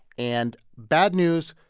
and bad news,